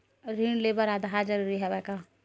ऋण ले बर आधार जरूरी हवय का?